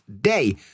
Day